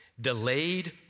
Delayed